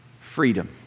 freedom